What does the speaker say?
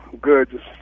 good